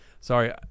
sorry